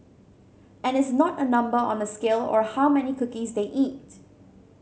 and it's not a number on a scale or how many cookies they eat